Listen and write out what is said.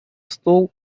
стол